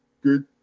good